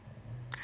oh